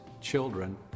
children